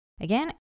Again